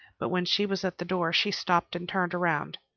but when she was at the door, she stopped and turned around.